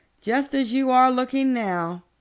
just as you are looking now,